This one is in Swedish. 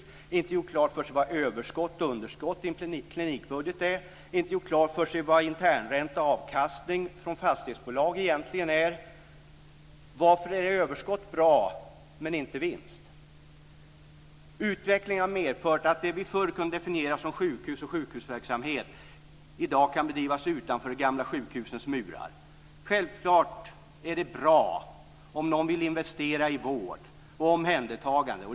Man har inte gjort klart för sig vad överskott och underskott i en klinikbudget är och inte gjort klart för sig vad internränta och avkastning från fastighetsbolag egentligen är. Varför är överskott bra men inte vinst? Utvecklingen har medfört att det som vi förr kunde definiera som sjukhus och sjukhusverksamhet i dag kan bedrivas utanför det gamla sjukhusets murar. Självfallet är det bra om någon vill investera i vård och omhändertagande.